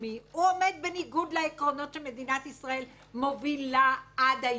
הוא עומד בניגוד לעקרונות שמדינת ישראל מובילה עד היום,